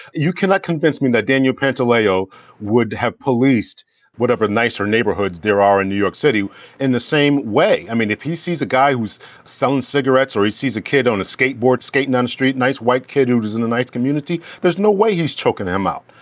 you cannot convince me that daniel pantaleo would have policed whatever nicer neighborhoods there are in new york city in the same way i mean, if he sees a guy who's selling cigarettes or he sees a kid on a skateboard skating on the street, nice white kid who is in a nice community, there's no way he's choking him out.